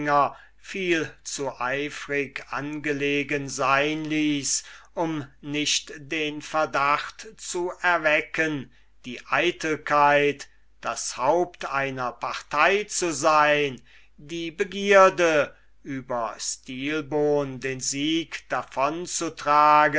viel zu eifrig angelegen sein ließ um nicht den verdacht zu erwecken daß die eitelkeit das haupt einer partei zu sein die begierde über stilbon den sieg davon